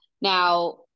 Now